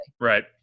Right